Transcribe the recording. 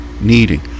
needing